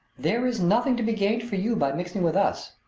there is nothing to be gained for you by mixing with us,